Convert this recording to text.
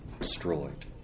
destroyed